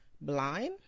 blind